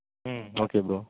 ம் okay bro